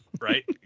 Right